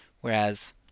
whereas